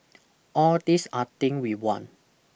all these are thing we want